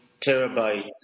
terabytes